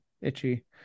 Itchy